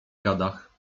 gadach